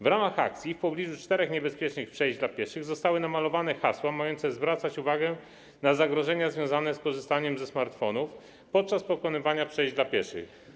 W ramach akcji w pobliżu czterech niebezpiecznych przejść dla pieszych zostały namalowane hasła w celu zwrócenia uwagi na zagrożenia związane z korzystaniem ze smartfonów podczas pokonywania przejść dla pieszych.